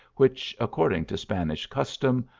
which, according to spanish custom,